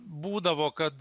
būdavo kad